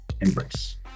embrace